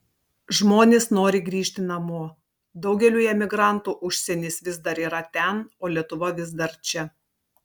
žmonės nori grįžti namo daugeliui emigrantų užsienis vis dar yra ten o lietuva vis dar čia